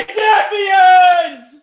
champions